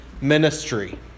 ministry